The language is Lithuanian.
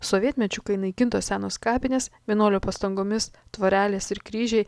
sovietmečiu kai naikintos senos kapinės vienuolio pastangomis tvorelės ir kryžiai